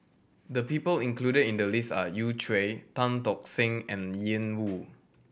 the people included in the list are Yu Tan Tock Seng and Ian Woo